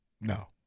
No